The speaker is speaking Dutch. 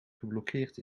geblokkeerd